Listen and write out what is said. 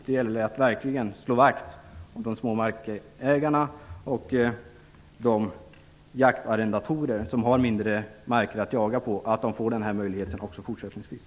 Det gäller att verkligen slå vakt om de små markägarna och de jaktarrendatorer som har mindre marker att jaga på och se till att de har den här jaktmöjligheten också fortsättningsvis.